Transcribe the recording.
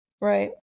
Right